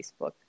Facebook